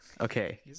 okay